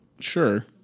Sure